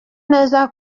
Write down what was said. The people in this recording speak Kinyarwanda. neza